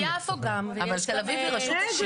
יש גם את יפו --- תל אביב היא רשות עשירה.